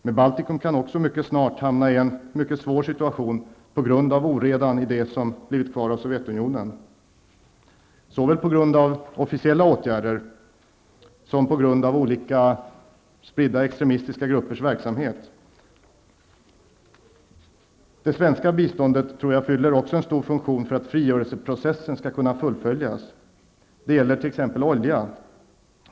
Men Baltikum kan också mycket snart hamna i en mycket svår situation på grund av oredan i det som blivit kvar av Sovjetunionen, såväl på grund av officiella åtgärder som på grund av olika, spridda, extremistiska gruppers verksamhet. Det svenska biståndet fyller, tror jag, en stor funktion för att frigörelseprocessen skall kunna fullföljas. Det gäller t.ex. olja.